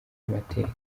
amateka